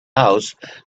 house